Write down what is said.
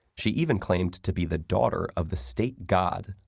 she even claimed to be the daughter of the state god,